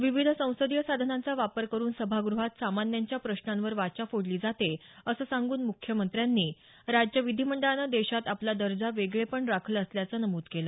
विविध संसदीय साधनांचा वापर करून सभागृहात सामान्यांच्या प्रश्नांवर वाचा फोडली जाते असं सांगून मुख्यमंत्र्यांनी राज्य विधिमंडळानं देशात आपला दर्जा वेगळेपण राखलं असल्याचं नमूद केलं